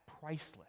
priceless